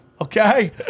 okay